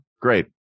Great